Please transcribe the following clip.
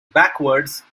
backwards